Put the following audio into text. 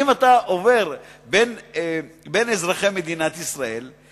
אם אתה עובר בין אזרחי מדינת ישראל,